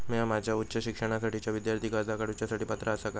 म्या माझ्या उच्च शिक्षणासाठीच्या विद्यार्थी कर्जा काडुच्या साठी पात्र आसा का?